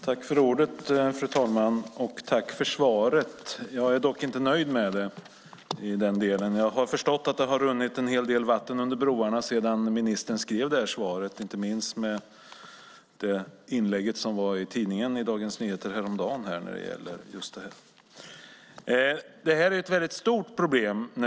Fru talman! Tack för svaret, arbetsmarknadsministern! Jag är dock inte nöjd med det i denna del. Jag har förstått att det har runnit en hel del vatten under broarna sedan ministern skrev svaret, inte minst med tanke på det inlägg om just detta som var i tidningen Dagens Nyheter häromdagen. När det gäller fas 3 är det ett väldigt stort problem.